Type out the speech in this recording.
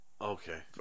Okay